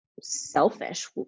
selfish